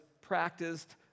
practiced